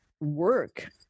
work